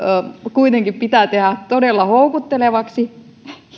kuitenkin tehdä todella houkuttelevaksi